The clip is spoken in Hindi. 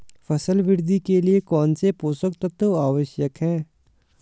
फसल वृद्धि के लिए कौनसे पोषक तत्व आवश्यक हैं?